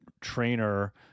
trainer